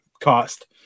cost